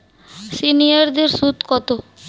সিনিয়ারদের সুদ কত?